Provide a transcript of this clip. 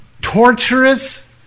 torturous